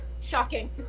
Shocking